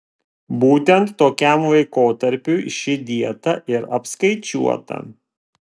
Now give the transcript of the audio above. būtent tokiam laikotarpiui ši dieta ir apskaičiuota